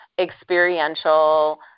experiential